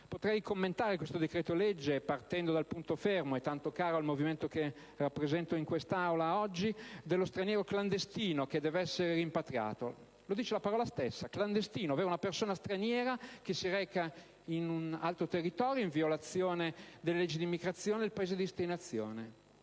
Potrei commentare questo decreto-legge partendo dal punto fermo, tanto caro al movimento che rappresento in quest'Aula oggi, dello straniero clandestino che deve essere rimpatriato. Lo dice la parola stessa: clandestino, ovvero una persona straniera che si reca in un altro territorio, in violazione delle leggi di immigrazione del Paese di destinazione.